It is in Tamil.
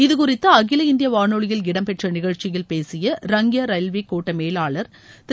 இதுகுறித்து அகில இந்திய வானொலியில் இடம்பெற்ற நிகழ்ச்சியில் பேசிய ரங்கியா ரயில்வே கோட்ட மேலாளர் திரு